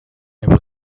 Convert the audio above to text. able